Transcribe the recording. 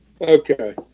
Okay